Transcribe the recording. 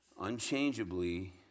unchangeably